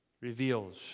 reveals